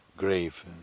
Grave